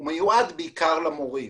הוא מיועד בעיקר למורים.